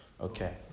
Okay